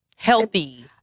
Healthy